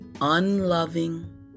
unloving